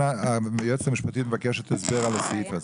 היועצת המשפטית מבקשת הסבר על הסעיף הזה.